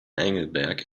engelberg